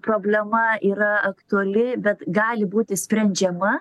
problema yra aktuali bet gali būti sprendžiama